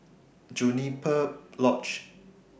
Juniper Lodge